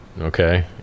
Okay